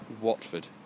Watford